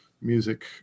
music